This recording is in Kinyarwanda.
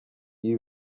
ibi